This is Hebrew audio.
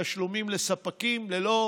תשלומים לספקים, ללא